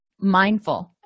mindful